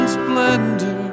splendor